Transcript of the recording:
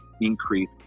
increase